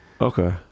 Okay